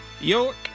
York